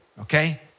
okay